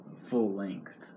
full-length